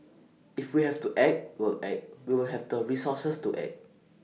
if we have to act we'll act we will have the resources to act